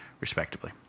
respectively